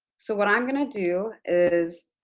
so, what i'm going to do is,